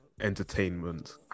entertainment